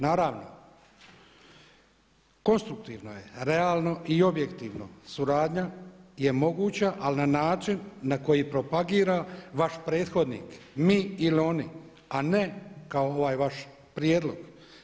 Naravno, konstruktivno je realno i objektivno suradnja je moguća ali na način na koji propagira vaš prethodnik, mi ili oni, a ne kao ovaj vaš prijedlog.